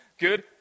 good